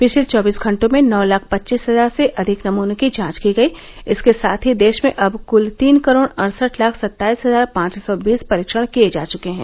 पिछले चौबीस घटों में नौ लाख पचीस हजार से अधिक नमूनों की जांच की गई इसके साथ ही देश में अब कूल तीन करोड़ अड़सठ लाख सत्ताईस हजार पांच सौ बीस परीक्षण किए जा चुके हैं